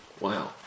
Wow